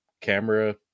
camera